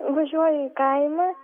važiuoju į kaimą